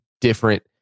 different